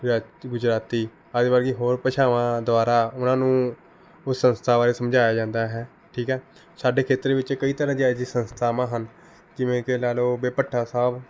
ਗੁਜਰਾ ਗੁਜਰਾਤੀ ਆਦਿ ਵਰਗੀ ਹੋਰ ਭਾਸ਼ਾਵਾਂ ਦੁਆਰਾ ਉਹਨਾਂ ਨੂੰ ਉਸ ਸੰਸਥਾ ਬਾਰੇ ਸਮਝਾਇਆ ਜਾਂਦਾ ਹੈ ਠੀਕ ਹੈ ਸਾਡੇ ਖੇਤਰ ਵਿੱਚ ਕਈ ਤਰ੍ਹਾਂ ਦੀ ਇਹੋ ਜਿਹੀ ਸੰਸਥਾਵਾਂ ਹਨ ਜਿਵੇਂ ਕਿ ਲਾ ਲਉ ਵੀ ਭੱਠਾ ਸਾਹਿਬ